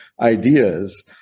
ideas